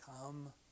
come